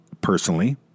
Personally